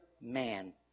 man